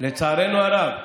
לצערנו הרב,